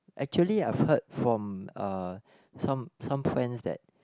actually I've heard from uh some some friends that